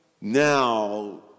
Now